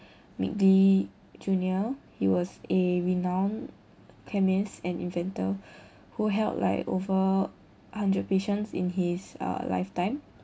midgley junior he was a renowned chemist and inventor who held like over hundred patients in his uh lifetime